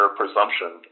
presumption